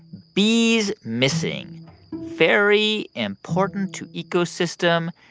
bees missing very important to ecosystem,